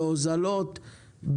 בהוזלות,